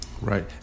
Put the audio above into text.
Right